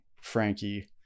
Frankie